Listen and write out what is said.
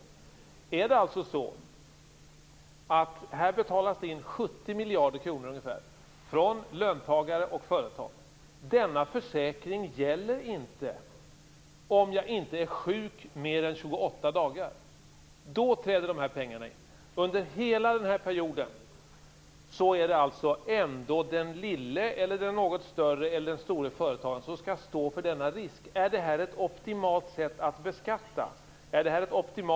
Här betalas det in ungefär 70 miljarder kronor från löntagare och företagare, men denna försäkring gäller inte om jag inte är sjuk mer än 28 dagar. Då träder de här pengarna in. Under hela perioden innan är det ändå den lille, den något större eller den store företagaren som skall stå för denna risk. Är detta ett optimalt sätt att beskatta?